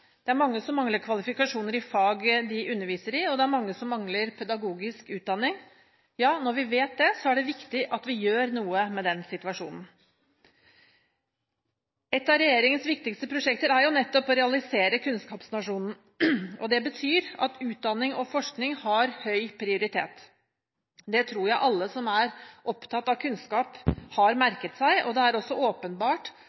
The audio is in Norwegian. det er mange som mangler kvalifikasjoner i faget de underviser i, og det er mange som mangler pedagogisk utdanning – er det viktig at vi gjør noe med situasjonen. Et av regjeringens viktigste prosjekter er nettopp å realisere kunnskapsnasjonen. Det betyr at utdanning og forskning har høy prioritet. Det tror jeg alle som er opptatt av kunnskap, har